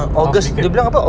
how frequent